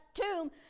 tomb